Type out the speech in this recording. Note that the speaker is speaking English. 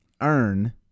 earn